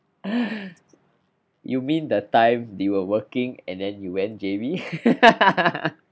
you mean the time they were working and then you went J_B